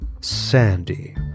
Sandy